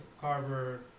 Carver